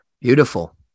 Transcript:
Beautiful